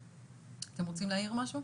אתם רוצים להעיר משהו?